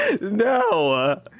No